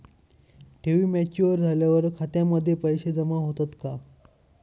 ठेवी मॅच्युअर झाल्यावर खात्यामध्ये पैसे जमा होतात का?